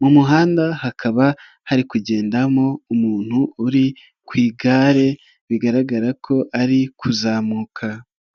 mu muhanda hakaba hari kugendamo umuntu uri ku igare bigaragara ko ari kuzamuka.